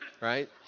Right